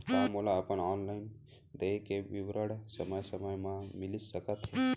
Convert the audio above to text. का मोला अपन ऑनलाइन देय के विवरण समय समय म मिलिस सकत हे?